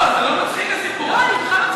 לא, זה לא מצחיק הסיפור הזה.